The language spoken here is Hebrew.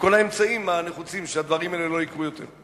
וכל האמצעים הנחוצים שהדברים האלה לא יקרו יותר.